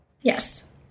Yes